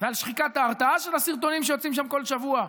ועל שחיקת ההרתעה של הסרטונים שיוצאים שם כל שבוע.